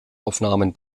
aufnahmen